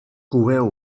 coeu